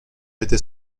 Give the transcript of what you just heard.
étais